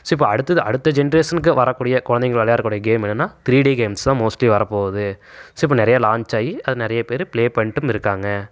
so இப்போ அடுத்தது அடுத்த ஜென்ரேஷனுக்கு வரக்கூடிய குழந்தைங்க விளையாடக்கூடிய கேமு என்னென்னா த்ரீடி கேம்ஸ் தான் மோஸ்ட்லி வர போகுது ஸோ இப்போ நிறைய லான்ச் ஆகி அது நிறைய பேர் ப்ளே பண்ணிட்டும் இருக்காங்க